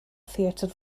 theatr